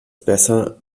besser